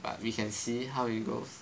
but we can see how it goes